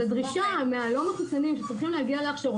אז זו הדרישה מהלא מחוסנים שצריכים להגיע להכשרות.